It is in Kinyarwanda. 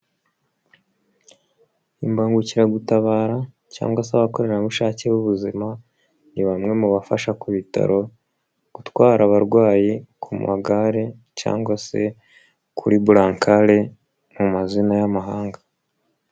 Imbangukiragutabara cyangwa se abakorerabushake b'ubuzima, ni bamwe mu bafasha ku bitaro gutwara abarwayi ku magare, cyangwa se kuri burankare mu mazina y'amahanga.